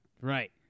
Right